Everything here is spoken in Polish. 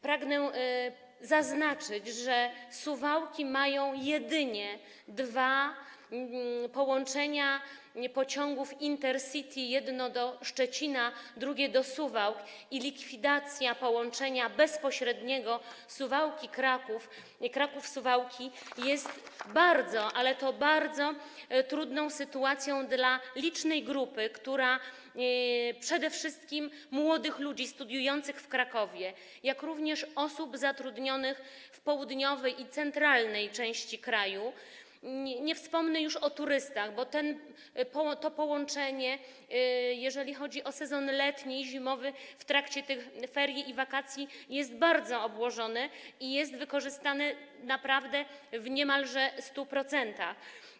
Pragnę zaznaczyć, że Suwałki mają jedynie dwa połączenia pociągów Intercity: jedno do Szczecina, drugie do Suwałk, i likwidacja połączenia bezpośredniego Suwałki - Kraków i Kraków - Suwałki jest bardzo, ale to bardzo trudną sytuacją dla licznej grupy przede wszystkim młodych ludzi studiujących w Krakowie, jak również dla osób zatrudnionych w południowej i centralnej części kraju, nie wspominając już o turystach, bo to połączenie, jeżeli chodzi o sezon letni i zimowy, okres ferii i wakacji, jest bardzo obłożone i jest wykorzystywane naprawdę niemalże w 100%.